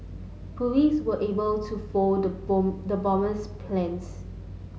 police were able to foil the bomb the bomber's plans